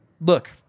look